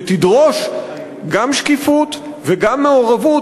ותדרוש גם שקיפות וגם מעורבות,